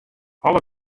alle